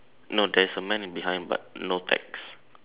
no there's a man in behind but no text